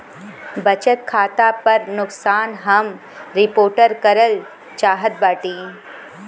बचत खाता पर नुकसान हम रिपोर्ट करल चाहत बाटी